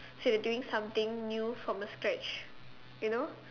so they're doing something new from the scratch you know